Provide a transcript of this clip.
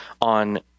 on